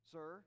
Sir